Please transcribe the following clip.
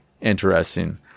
interesting